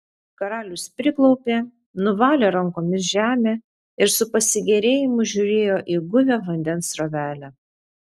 karalius priklaupė nuvalė rankomis žemę ir su pasigėrėjimu žiūrėjo į guvią vandens srovelę